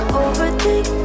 overthink